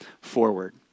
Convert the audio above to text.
forward